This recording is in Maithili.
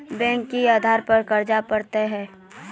बैंक किस आधार पर कर्ज पड़तैत हैं?